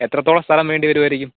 എത്രത്തോളം സ്ഥലം വേണ്ടിവരുമായിരിക്കും